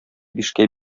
бишкә